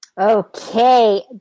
Okay